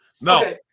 No